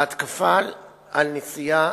ההתקפה על נשיאת